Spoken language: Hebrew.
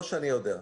לא שאני יודע.